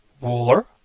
war